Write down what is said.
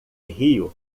rio